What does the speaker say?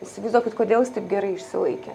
įsivaizduokit kodėl jis taip gerai išsilaikė